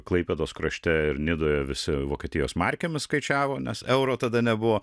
klaipėdos krašte ir nidoje visi vokietijos markėmis skaičiavo nes euro tada nebuvo